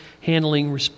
handling